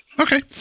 Okay